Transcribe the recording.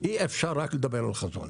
אי אפשר רק לדבר על חזון.